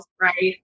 right